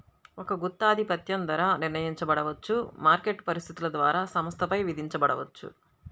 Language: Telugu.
ఒక గుత్తాధిపత్యం ధర నిర్ణయించబడవచ్చు, మార్కెట్ పరిస్థితుల ద్వారా సంస్థపై విధించబడవచ్చు